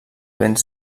vents